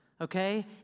Okay